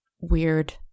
weird